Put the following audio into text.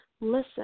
listen